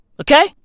Okay